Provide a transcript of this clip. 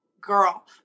girl